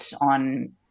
on